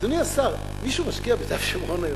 אדוני השר, מישהו משקיע ביהודה ושומרון היום?